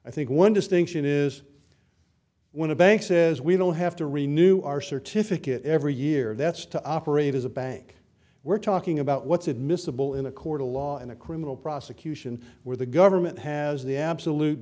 i think one distinction is when a bank says we don't have to renuart certificate every year that's to operate as a bank we're talking about what's admissible in a court of law in a criminal prosecution where the government has the absolute